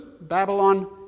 Babylon